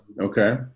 Okay